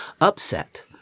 upset